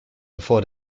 before